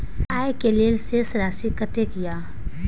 आय के लेल शेष राशि कतेक या?